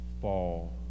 fall